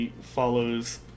follows